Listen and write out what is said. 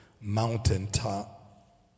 mountaintop